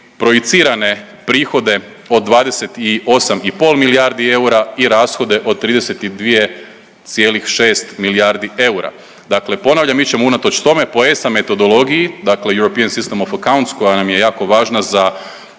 projicirane prihode od 28,5 milijardi eura i rashode od 32,6 milijardi eura. Dakle, ponavljam mi ćemo unatoč tome po ESA metodologiji, dakle European system of accounts koja nam je jako važna za